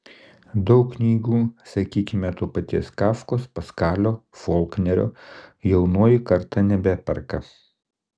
daug knygų sakykime to paties kafkos paskalio folknerio jaunoji karta nebeperka